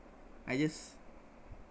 I just